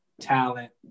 talent